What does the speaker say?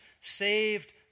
saved